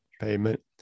payment